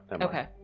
Okay